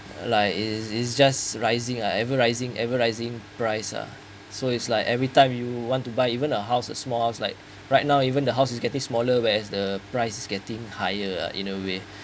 like is is just rising uh ever rising ever rising price uh so it's like everytime you want to buy even a house a small house like right now even the house is getting the smaller whereas the prices getting higher in a way